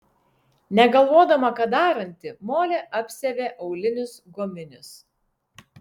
negalvodama ką daranti molė apsiavė aulinius guminius